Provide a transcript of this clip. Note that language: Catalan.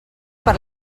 per